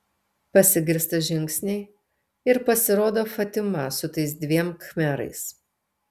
pasigirsta žingsniai ir pasirodo fatima su tais dviem khmerais